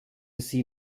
sie